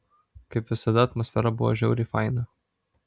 kaip visada atmosfera buvo žiauriai faina